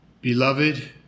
beloved